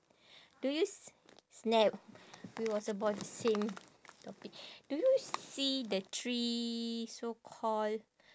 do you s~ we was about the same topic do you see the three so call